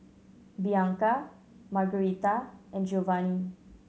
Bianca Margarita and Giovanny